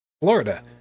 Florida